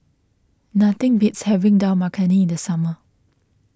nothing beats having Dal Makhani in the summer